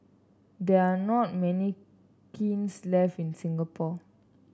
there are not many kilns left in Singapore